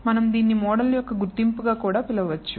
మనం దీనిని మోడల్ యొక్క గుర్తింపుగా కూడా పిలవచ్చు